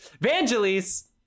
Vangelis